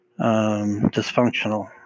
dysfunctional